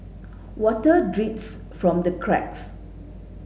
water drips from the cracks